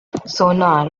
sonar